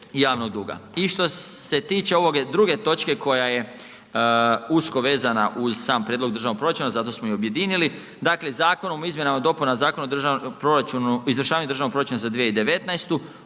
I što se tiče ove druge točke koja je usko vezana uz sam prijedlog državnog proračuna, zato smo i objedinili. Dakle, Zakonom o izmjenama i dopunama Zakona o izvršavanju državnog proračuna za 2019.